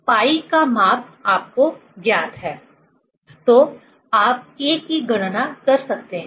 तो आप K की गणना कर सकते हैं